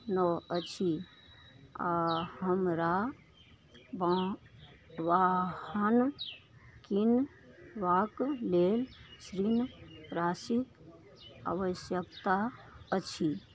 नओ अछि आ हमरा बा वाहन किन बाक लेल ऋण राशिक आवश्यकता अछि